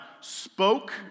spoke